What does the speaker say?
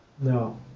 No